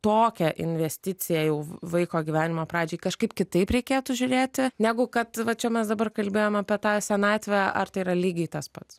tokią investiciją jau vaiko gyvenimo pradžiai kažkaip kitaip reikėtų žiūrėti negu kad va čia mes dabar kalbėjom apie tą senatvę ar tai yra lygiai tas pats